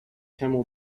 camel